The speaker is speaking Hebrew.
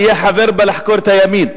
אני אהיה חבר בה לחקור את הימין.